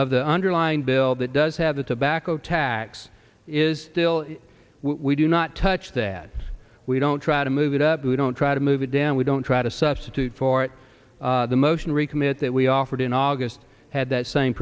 of the underlying bill that does have the tobacco tax is still we do not touch dad we don't try to move it up we don't try to move it down we don't try to substitute for the motion to recommit that we offered in august had that same